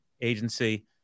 agency